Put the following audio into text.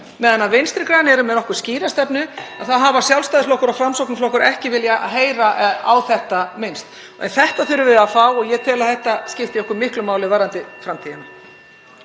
Meðan Vinstri græn eru með nokkuð skýra stefnu (Forseti hringir.) hafa Sjálfstæðisflokkur og Framsóknarflokkur ekki viljað heyra á þetta minnst. Þetta þurfum við að fá fram og ég tel að þetta skipti okkur miklu máli varðandi framtíðina.